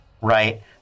right